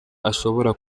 ashobora